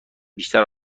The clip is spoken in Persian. بیشتر